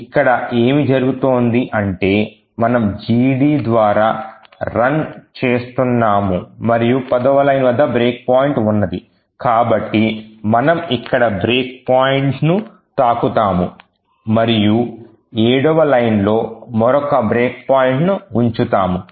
ఇక్కడ ఏమి జరగబోతుంది అంటే మనం GD ద్వారా run చేస్తున్నాము మరియు 10వ లైన్ వద్ద బ్రేక్ పాయింట్ ఉన్నది కాబట్టి మనము ఇక్కడ బ్రేక్ పాయింట్ ను తాకుతాము మరియు 7వ లైన్లో మరొక బ్రేక్ పాయింట్ ను ఉంచుతాము